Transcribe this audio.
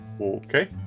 Okay